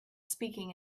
speaking